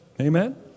Amen